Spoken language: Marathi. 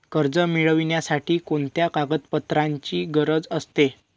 कर्ज मिळविण्यासाठी कोणत्या कागदपत्रांची गरज असते?